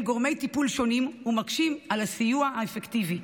גורמי טיפול שונים ומקשים בסיוע אפקטיבי,